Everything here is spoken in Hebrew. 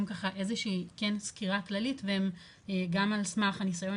הם איזושהי סקירה כללית גם על סמך הניסיון